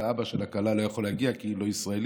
והאבא של הכלה לא יכול להגיע כי הוא לא ישראלי.